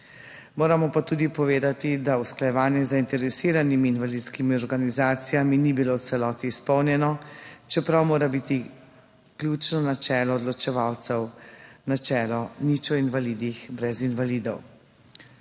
Moramo pa tudi povedati, da usklajevanje z zainteresiranimi invalidskimi organizacijami ni bilo v celoti izpolnjeno, čeprav mora biti ključno načelo odločevalcev načelo nič o invalidih brez invalidov.